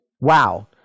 Wow